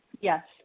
Yes